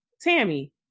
Tammy